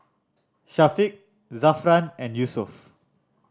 Syafiq Zafran and Yusuf